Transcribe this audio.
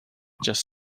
just